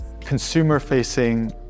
consumer-facing